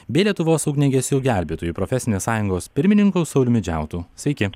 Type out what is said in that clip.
bei lietuvos ugniagesių gelbėtojų profesinės sąjungos pirmininku sauliumi džiautu sveiki